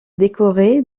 décoré